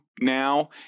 now